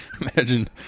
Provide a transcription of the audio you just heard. Imagine